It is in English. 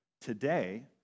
today